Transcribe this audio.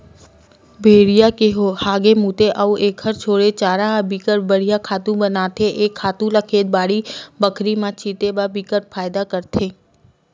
भेड़िया के हागे, मूते अउ एखर छोड़े चारा ह बिकट बड़िहा खातू बनथे ए खातू ल खेत, बाड़ी बखरी म छितबे त बिकट फायदा करथे